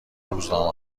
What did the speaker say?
روزنامه